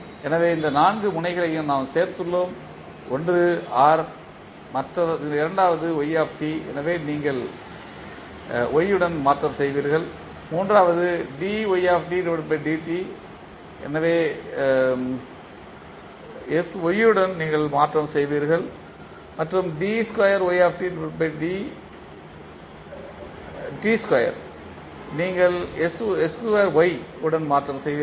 எனவே இந்த நான்கு முனைகளையும் நாம் சேர்த்துள்ளோம் ஒன்று R இரண்டாவது y எனவே நீங்கள் Y உடன் மாற்றம் செய்வீர்கள் மூன்றாவது எனவே sY உடன் மாற்றம் செய்வீர்கள் மற்றும் நீங்கள் உடன் மாற்றம் செய்வீர்கள்